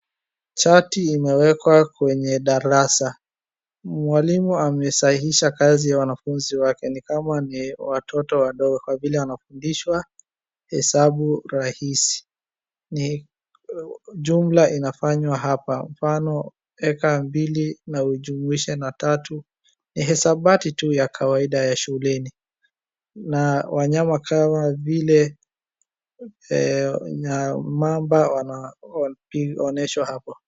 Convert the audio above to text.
Chati inawekwa kwenye darasa. Mwalimu amesahihisha kazi ya wanafunzi wake, ni kama ni watoto wadogo kwa vile wanafundiswa hesabu rahisi. Ni jumla inafanywa hapa, kwa mfano, eka mbili na ujumuishe na tatu, ni hesabati tu ya kawaida ya shuleni na wanyama kama vile mamba wanaonyeshwa hapa.